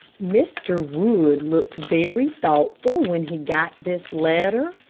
mr. wood looked very thoughtful when he got this letter,